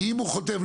ואם הוא חוטף,